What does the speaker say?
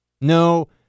No